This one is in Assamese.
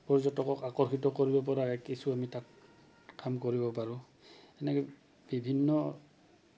পৰ্যটকক আকৰ্ষিত কৰিব পৰা কিছু আমি তাত কাম কৰিব পাৰোঁ এনেকে বিভিন্ন